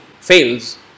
fails